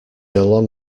along